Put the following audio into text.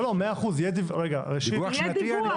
מאה אחוז, יהיה דיווח.